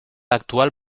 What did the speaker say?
actual